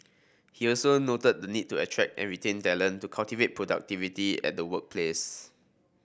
he also noted the need to attract and retain talent to cultivate productivity at the workplace